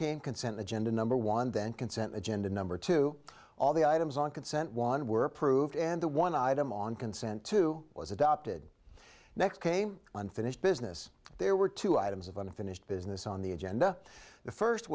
came consent agenda number one then consent agenda number two all the items on consent one were approved and the one item on consent to was adopted next came unfinished business there were two items of unfinished business on the agenda the first